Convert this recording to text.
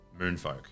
moonfolk